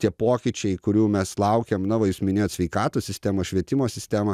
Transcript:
tie pokyčiai kurių mes laukiam na va jūs minėjot sveikatos sistemą švietimo sistemą